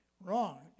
wrong